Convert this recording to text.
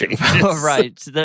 Right